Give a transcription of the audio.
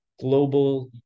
global